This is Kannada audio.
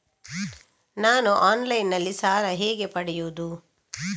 ನಾನು ಆನ್ಲೈನ್ನಲ್ಲಿ ಸಾಲ ಹೇಗೆ ಪಡೆಯುವುದು?